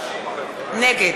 נגד